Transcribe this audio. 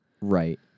Right